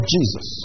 Jesus